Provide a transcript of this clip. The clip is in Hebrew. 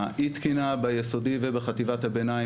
האי תקינה ביסודי ובחטיבת הביניים,